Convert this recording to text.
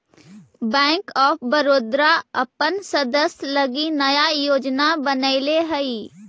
bank of Baroda अपन सदस्य लगी नया योजना बनैले हइ